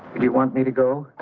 if you want me to go